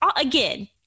again